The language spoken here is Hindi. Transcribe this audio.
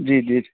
जी जी